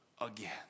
again